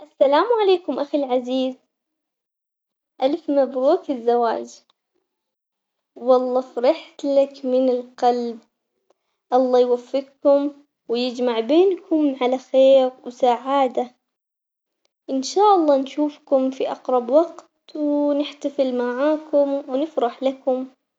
السلام عليكم أخي العزيز، ألف مبروك الزواج والله فرحت لك من القلب، الله يوفقكم ويجمع بينكم على خير وسعادة، إن شاء الله نشوفكم بأقرب وقت ونحتفل معاكم ونفرح لكم.